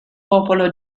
popolo